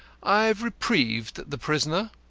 i have reprieved the prisoner.